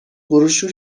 بروشور